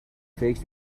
فکر